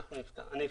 אני אפתח.